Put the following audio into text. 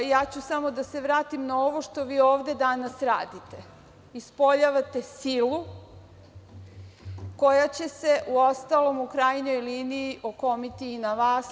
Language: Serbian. Samo ću da se vratim na ovo što vi ovde danas radite – ispoljavate silu koja će se, uostalom, u krajnjoj liniji, okomiti i na vas.